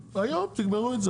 היום אנחנו גומרים את זה,